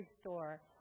store